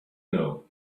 know